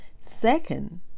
Second